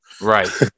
Right